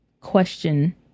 question